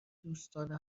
دوستانه